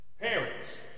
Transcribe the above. Parents